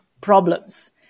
problems